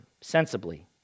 sensibly